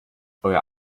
euer